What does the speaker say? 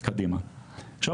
עכשיו,